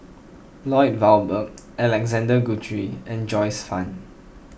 Lloyd Valberg Alexander Guthrie and Joyce Fan